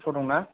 of' दं ना